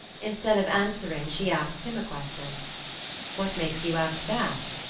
instead of answering, she asked him a question what makes you ask that?